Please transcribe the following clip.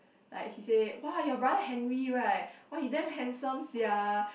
like he say !whoa! your brother Henry right !whoa! he damn handsome sia